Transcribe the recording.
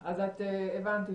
הבנתי.